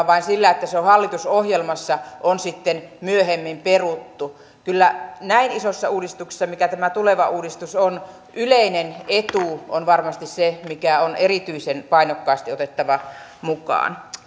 vain sillä että ne ovat hallitusohjelmassa on sitten myöhemmin peruttu kyllä näin isossa uudistuksessa kuin tämä tuleva uudistus on yleinen etu on varmasti se mikä on erityisen painokkaasti otettava mukaan